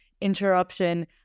interruption